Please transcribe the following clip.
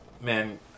man